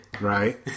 Right